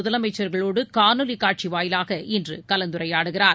முதலமைச்சர்களோடுகாணொலிகாட்சிவாயிலாக இன்றுகலந்துரையாடுகிறார்